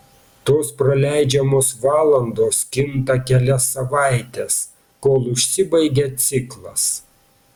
tos praleidžiamos valandos kinta kelias savaites kol užsibaigia ciklas